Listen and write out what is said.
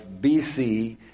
BC